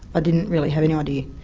i didn't really have any idea.